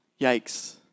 Yikes